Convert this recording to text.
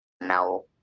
Now